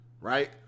right